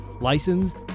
Licensed